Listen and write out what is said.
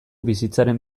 bizitzaren